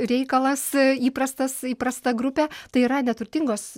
reikalas įprastas įprasta grupė tai yra neturtingos